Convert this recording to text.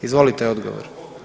Izvolite odgovor.